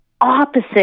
opposite